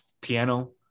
piano